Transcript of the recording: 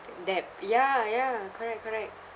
debt ya ya correct correct